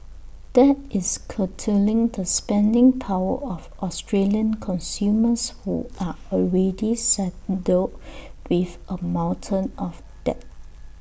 that is curtailing the spending power of Australian consumers who are already saddled with A mountain of debt